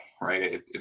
right